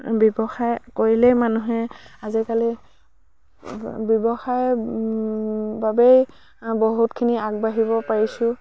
ব্যৱসায় কৰিলেই মানুহে আজিকালি ব্যৱসায়ৰ বাবেই বহুতখিনি আগবাঢ়িব পাৰিছোঁ